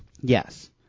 Yes